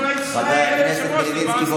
בוקר טוב, חבר הכנסת מלביצקי.